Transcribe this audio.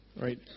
right